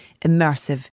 immersive